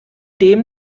dem